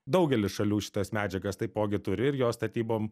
daugelis šalių šitas medžiagas taipogi turi ir jos statybom